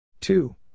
Two